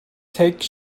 take